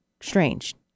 strange